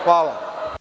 Hvala.